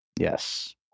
Yes